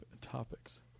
Topics